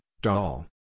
doll